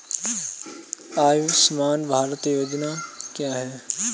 आयुष्मान भारत योजना क्या है?